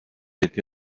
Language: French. été